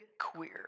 Queer